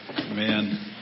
Amen